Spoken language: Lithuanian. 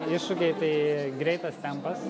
iššūkiai tai greitas tempas